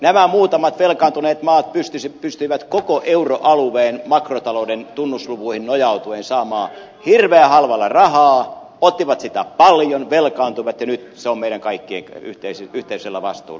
nämä muutamat velkaantuneet maat pystyivät koko euroalueen makrotalouden tunnuslukuihin nojautuen saamaan hirveän halvalla rahaa ottivat sitä paljon velkaantuivat ja nyt se on meidän kaikkien yhteisellä vastuulla